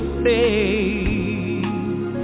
faith